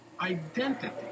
Identity